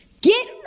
Get